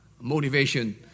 motivation